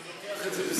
אני לוקח את זה בשמחה.